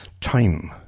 time